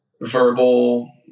verbal